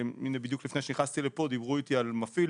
בדיוק לפני שנכנסתי לפה דיברו איתי על מפעיל